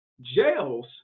Jails